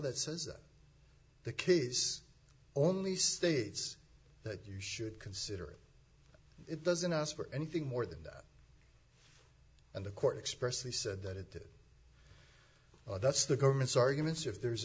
that the case only states that you should consider it doesn't ask for anything more than that and the court expressed he said that it did that's the government's arguments if there's